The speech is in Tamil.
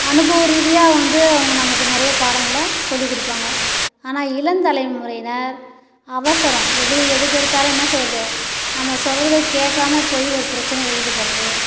அனுபவரீதியாக வந்து அவங்க நமக்கு நிறைய பாடங்களை சொல்லிக் கொடுப்பாங்க ஆனால் இளம் தலைமுறையினர் அவசரம் எது எதுக்கெடுத்தாலும் என்ன செய்யறது நம்ம சொல்லறதை கேட்காமல் போய் ஒரு பிரச்சனையில் ஈடுபடுறது